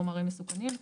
חומרים מסוכנים),